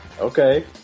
Okay